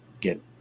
get